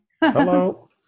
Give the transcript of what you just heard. Hello